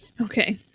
Okay